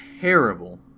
terrible